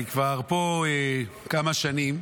אני כבר פה כמה שנים,